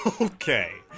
Okay